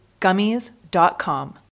gummies.com